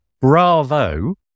bravo